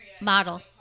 Model